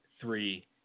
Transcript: three